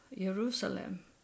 Jerusalem